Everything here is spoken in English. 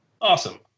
awesome